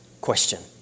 question